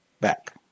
back